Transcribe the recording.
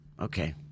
Okay